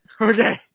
Okay